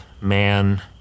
man